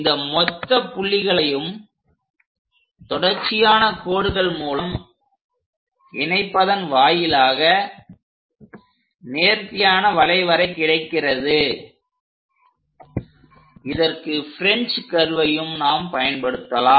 இந்த மொத்த புள்ளிகளையும் தொடர்ச்சியான கோடுகள் மூலம் இணைப்பதன் வாயிலாக நேர்த்தியான வளைவரை கிடைக்கிறது இதற்கு பிரெஞ்ச் கர்வையும் நாம் பயன்படுத்தலாம்